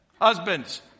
Husbands